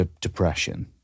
depression